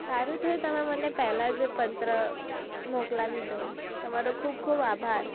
સારું થયું તમે મને પેલા જ એ પત્ર મોકલાવી દો તમારો ખૂબ ખૂબ આભાર